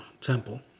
Temple